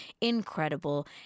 incredible